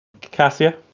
Cassia